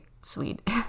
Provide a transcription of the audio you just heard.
sweet